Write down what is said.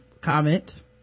comments